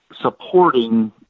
supporting